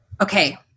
Okay